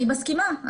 אני מסכימה.